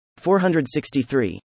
463